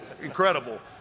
incredible